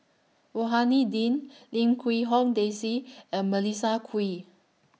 Rohani Din Lim Quee Hong Daisy and Melissa Kwee